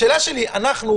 השאלה שלי: אנחנו,